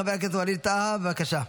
חבר הכנסת ווליד טאהא, בבקשה.